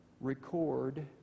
record